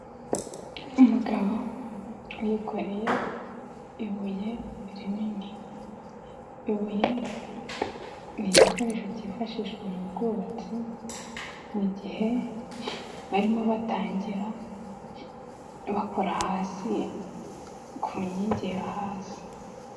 Umugabo yikoreye ibuye rinini. Ibuye ni igikoresho cyifashishwa mu bwubatsi mu gihe barimo batangira, bakora hasi ku nkingi yo hasi.